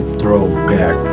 throwback